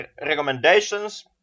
recommendations